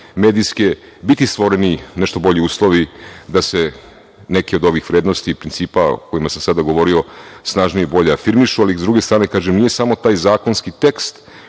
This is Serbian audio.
strategije biti stvoreni nešto bolji uslovi da se neke od ovih vrednosti i principa o kojima sam sada govorio snažnije i bolje afirmišu. Ali, s druge strane, kažem, nije samo taj zakonski tekst